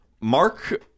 Mark